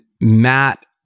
Matt